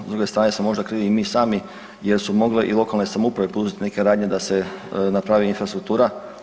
S druge strane smo možda krivi i mi sami jer su mogle i lokalne samouprave poduzeti neke radnje da se napravi infrastruktura.